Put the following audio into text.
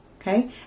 okay